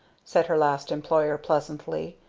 said her last employer, pleasantly,